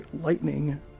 lightning